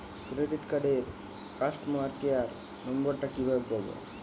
Credit কার্ডের customer care number টা কিভাবে পাবো?